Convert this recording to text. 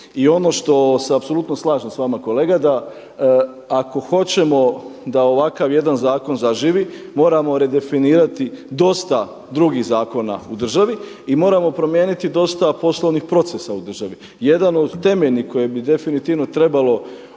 I ono što se apsolutno slažem s vama kolega da ako hoćemo da ovakav jedan zakon zaživi, moramo redefinirati dosta drugih zakona u državi i moramo promijeniti dosta poslovnih procesa u državi. Jedan od temeljnih koje bi definitivno trebalo